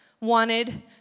wanted